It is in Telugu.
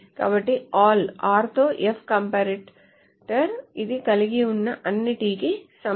కాబట్టి ALL r తో F కంపరేటర్ ఇది కలిగి ఉన్న అన్ని t కి సమానం